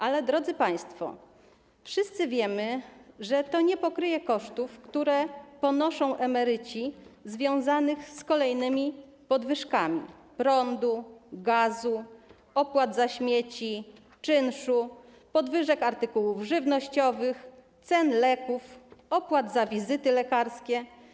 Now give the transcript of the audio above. Ale drodzy państwo, wszyscy wiemy, że to nie pokryje kosztów, które ponoszą emeryci, związanych z kolejnymi podwyżkami: cen prądu, gazu, opłat za śmieci, czynszu, podwyżkami cen artykułów żywnościowych, cen leków czy opłat za wizyty lekarskie.